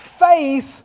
Faith